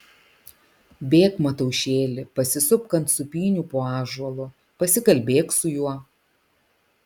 bėk mataušėli pasisupk ant sūpynių po ąžuolu pasikalbėk su juo